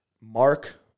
Mark